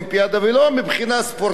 ולא מבחינה ספורטיבית,